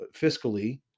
fiscally